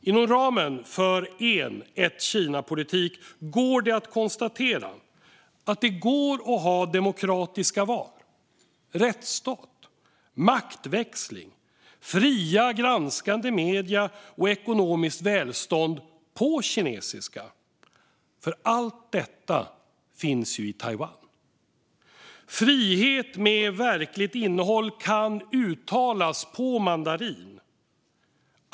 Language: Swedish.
Inom ramen för en ett-Kina-politik kan man konstatera att det går att ha demokratiska val, rättsstat, maktväxling, fria granskande medier och ekonomiskt välstånd på kinesiska. Allt detta finns ju i Taiwan. Frihet med verkligt innehåll kan uttalas på mandarin.